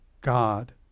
God